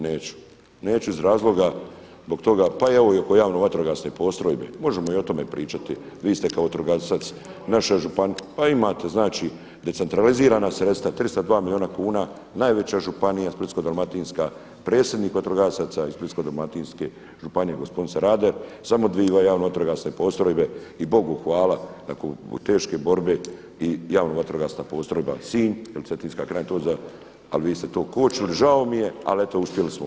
Neću, neću iz razloga, pa evo i oko javno vatrogasne postrojbe, možemo i o tome pričati, vi ste kao vatrogasac naše županije, znači decentralizirana sredstva 302 milijuna kuna najveća županija Splitsko-dalmatinska predsjednik vatrogasaca i Splitsko-dalmatinske županije gospodin Sanader samo dvije javno vatrogasne postrojbe i Bogu hvala nakon teške borbe i javno vatrogasna postrojba Sinj jer Cetinjska krajina, ali vi ste to kočili žao mi je ali eto uspjeli smo.